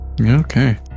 okay